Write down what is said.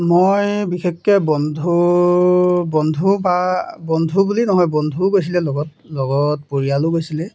মই বিশেষকৈ বন্ধু বন্ধু বা বন্ধু বুলি নহয় বন্ধুও গৈছিলে লগত লগত পৰিয়ালো গৈছিলে